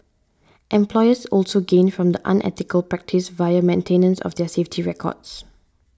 employers also gain from the unethical practice via maintenance of their safety records